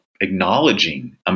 acknowledging